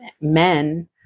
men